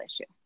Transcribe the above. issue